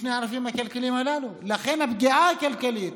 בשני הענפים הכלכליים הללו, לכן הפגיעה הכלכלית.